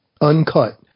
uncut